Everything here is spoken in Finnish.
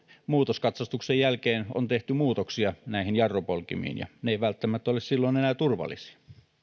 muutoskatsastuksen jälkeen on tehty muutoksia näihin jarrupolkimiin ja ne eivät välttämättä ole silloin enää turvallisia